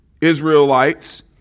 Israelites